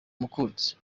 umukunzi